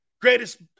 greatest